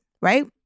Right